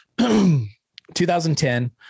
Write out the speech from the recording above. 2010